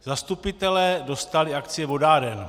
Zastupitelé dostali akcie vodáren.